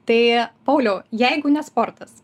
tai pauliau jeigu ne sportas